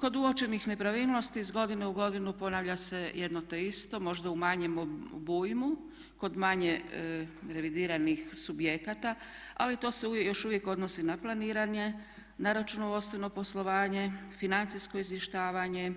Kod uočenih nepravilnosti iz godine u godinu ponavlja se jedno te isto, možda u manjem obujmu kod manje revidiranih subjekata ali to se još uvijek odnosi na planiranje, na računovodstveno poslovanje, financijsko izvještavanje,